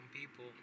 people